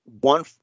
one